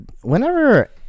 Whenever